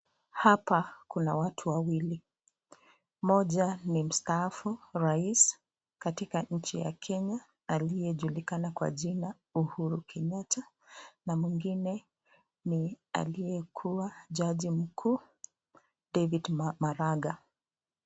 Hapa kuna watu wawiil, moja ni mstaafu rais katika nchi ya Kenya aliyejulikana kwa jina Uhuru Kenyatta na mwingine ni aliyekuwa jaji mkuu David Maraga.